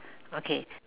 okay